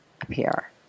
appear